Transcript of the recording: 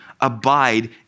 abide